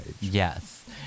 Yes